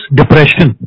depression